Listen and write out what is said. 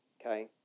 Okay